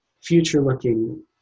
future-looking